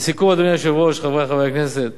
לסיכום, אדוני היושב-ראש, חברי חברי הכנסת,